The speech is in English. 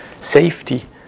safety